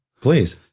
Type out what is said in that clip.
Please